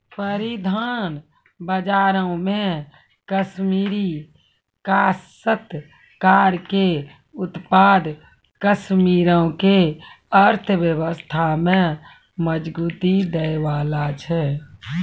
परिधान बजारो मे कश्मीरी काश्तकार के उत्पाद कश्मीरो के अर्थव्यवस्था में मजबूती दै बाला छै